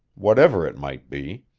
whatever it might be.